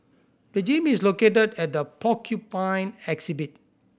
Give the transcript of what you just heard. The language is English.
the gym is located at the Porcupine exhibit